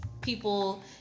people